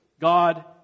God